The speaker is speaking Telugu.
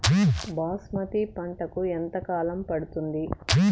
బాస్మతి పంటకు ఎంత కాలం పడుతుంది?